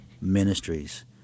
ministries